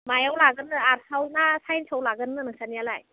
मायाव लागोननो आर्ट्सआवना साइन्सआव लागोन नोंसानियालाय